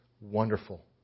wonderful